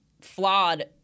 flawed